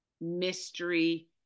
mystery